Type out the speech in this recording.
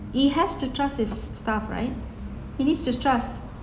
he has to trust his staff right he's needs to trust